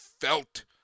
felt